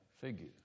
figure